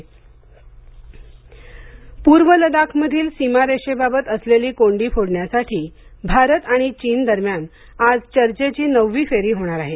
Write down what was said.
भारत पूर्व लडाखमधील सीमा रेषेबाबत असलेली कोंडी फोडण्यासाठी भारत आणि चीन दरम्यान आज चर्चेची नववी फेरी होणार आहे